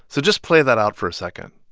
so just play that out for a second.